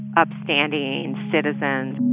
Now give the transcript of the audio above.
upstanding citizens